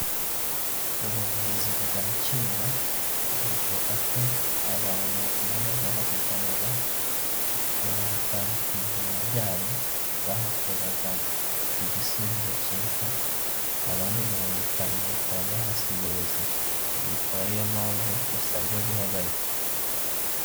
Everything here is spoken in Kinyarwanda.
Ubuvuzi bwa kera buvuga ko abantu iyo bavuganaga mirongo itanu ku ijana byabo bahakuraga igisubizo cyiza, abandi mirongo itanu bakaba bahasiga ubuzima. Ibi bikaba ariyo mpamvu busabwa guhagarikwa.